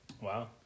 Wow